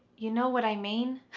you know what i mean?